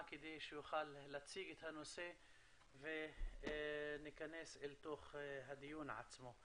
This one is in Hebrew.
כדי שהוא יוכל להציג את הנושא וניכנס אל תוך הדיון עצמו.